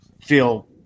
feel